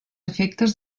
efectes